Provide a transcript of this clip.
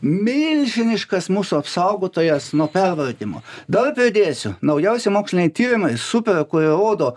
milžiniškas mūsų apsaugotojas nuo pervargimo dar pridėsiu naujausi moksliniai tyrimai super kurie rodo